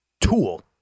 Tool